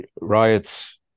riots